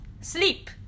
sleep